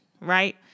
right